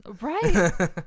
right